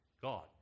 God